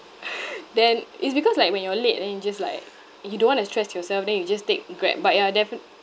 then it's because like when you're late then you just like you don't want to stress yourself then you just take grab but ya definite